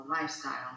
lifestyle